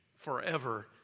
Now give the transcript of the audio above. forever